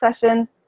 session